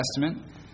Testament